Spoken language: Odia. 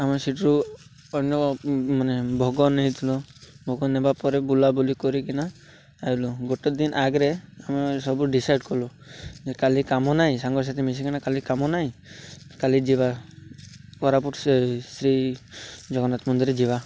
ଆମେ ସେଠୁ ଅନ୍ୟ ମାନେ ଭୋଗ ନେଇଥିଲୁ ଭୋଗ ନେବା ପରେ ବୁଲାବୁଲି କରିକିନା ଆଇଲୁ ଗୋଟେ ଦିନ ଆଗରୁ ଆମେ ସବୁ ଡିସାଇଡ଼୍ କଲୁ ଯେ କାଲି କାମ ନାଇ ସାଙ୍ଗସାଥି ମିଶିକିନା କାଲି କାମ ନାଇ କାଲି ଯିବା କରାପୁଟ ସେ ଶ୍ରୀ ଜଗନ୍ନାଥ ମନ୍ଦିରରେ ଯିବା